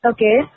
Okay